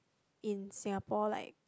in Singapore like